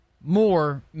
more